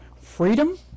freedom